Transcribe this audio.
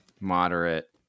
moderate